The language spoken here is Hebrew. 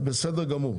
בסדר גמור.